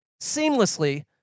seamlessly